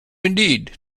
indeed